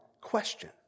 question